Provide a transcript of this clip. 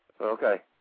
Okay